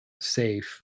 safe